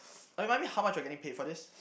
remind me how much we are getting paid for this